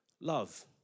Love